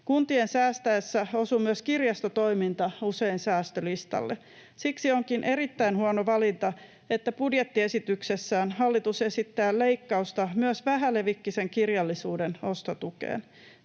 Kuntien säästäessä osuu myös kirjastotoiminta usein säästölistalle, siksi onkin erittäin huono valinta, että budjettiesityksessään hallitus esittää leikkausta myös vähälevikkisen kirjallisuuden ostotukeen.